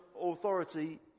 authority